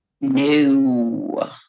No